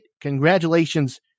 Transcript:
Congratulations